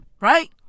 Right